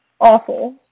awful